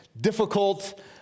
difficult